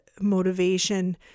motivation